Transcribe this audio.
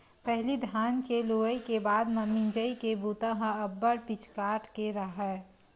पहिली धान के लुवई के बाद म मिंजई के बूता ह अब्बड़ पिचकाट के राहय